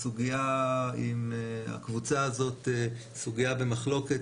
הסוגיה עם הקבוצה הזאת היא סוגיה במחלוקת,